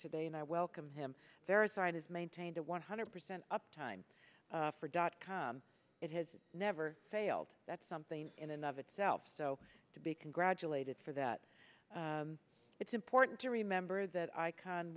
today and i welcome him there aside has maintained a one hundred percent up time for dot com it has never failed that something in and of itself so to be congratulated for that it's important to remember that i